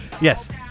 Yes